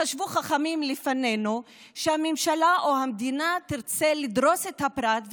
חשבו חכמים לפנינו שהממשלה או המדינה תרצה לדרוס את הפרט,